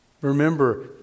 Remember